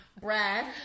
Brad